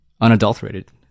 unadulterated